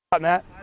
Matt